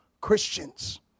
Christians